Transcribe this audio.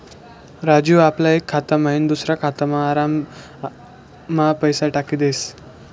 राजू आपला एक खाता मयीन दुसरा खातामा आराममा पैसा टाकी देस